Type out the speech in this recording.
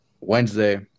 Wednesday